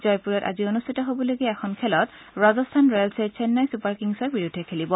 জয়পুৰত আজি অনুষ্ঠিত হবলগীয়া এখন খেলত ৰাজস্থান ৰয়েলছে চেন্নাই চুপাৰ কিংছৰ বিৰুদ্ধে খেলিব